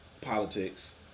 politics